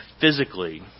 physically